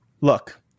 Look